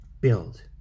build